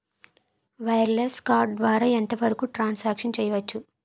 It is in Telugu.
వైర్లెస్ కార్డ్ ద్వారా ఎంత వరకు ట్రాన్ సాంక్షన్ చేయవచ్చు?